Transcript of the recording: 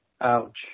Ouch